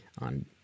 on